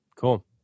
cool